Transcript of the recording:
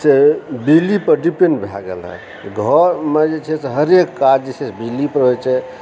से बिजलीपर डिपेण्ड भए गेल हँ घरमे जे चाही से हरेक काज जे छै से बिजलीसँ होइ छै